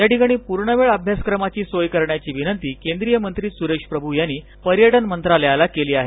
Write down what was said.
याठिकाणी पूर्णवेळ अभ्यासक्रम सोय करण्याची विनंती केंद्रीय मंत्री सुरेश प्रभू यांनी पर्यटन मंत्रालयाला केली आहे